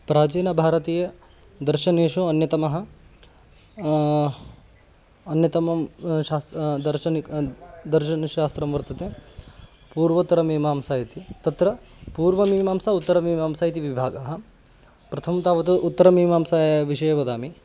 प्राचीनभारतीयदर्शनेषु अन्यतमः अन्यतमं शास्त्रं दार्शनिकं दर्शनशास्त्रं वर्तते पूर्वोत्तरमीमांसा इति तत्र पूर्वमीमांसा उत्तरमीमांसा इति विभागः प्रथमं तावत् उत्तरमीमांसायाः विषये वदामि